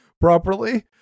properly